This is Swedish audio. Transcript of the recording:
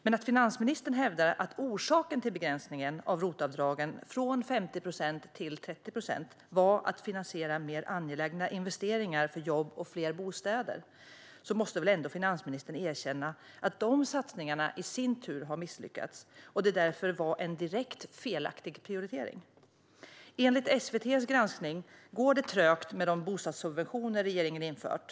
Men när finansministern hävdar att orsaken till begränsningen av ROT-avdragen från 50 procent till 30 procent var att finansiera mer angelägna investeringar för jobb och fler bostäder måste hon väl ändå erkänna att dessa satsningar i sin tur har misslyckats och att det därför var en direkt felaktig prioritering? Enligt SVT:s granskning går det trögt med de bostadssubventioner regeringen infört.